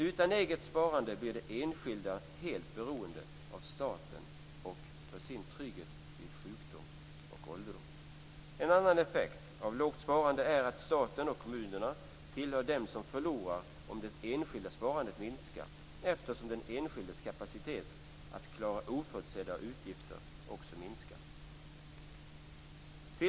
Utan eget sparande blir de enskilda helt beroende av staten för sin trygghet vid sjukdom och ålderdom. Det finns en annan effekt av lågt sparande. Staten och kommunerna tillhör dem som förlorar om det enskilda sparandet minskar, eftersom den enskildes kapacitet att klara oförutsedda utgifter också minskar.